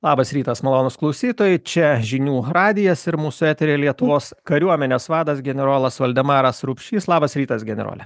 labas rytas malonūs klausytojai čia žinių radijas ir mūsų eteryje lietuvos kariuomenės vadas generolas valdemaras rupšys labas rytas generole